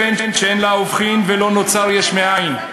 אבן שאין לה הופכין ולא נוצר יש מאין.